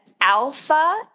alpha